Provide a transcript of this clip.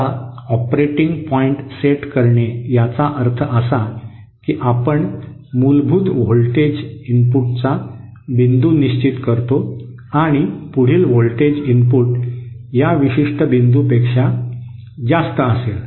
आता operating point set करणे याचा अर्थ असा की आपण मूलभूत व्होल्टेज इनपुटचा बिंदू निश्चित करतो आणि पुढील व्होल्टेज इनपुट या विशिष्ट बिंदूपेक्षा जास्त असेल